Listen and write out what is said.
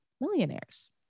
millionaires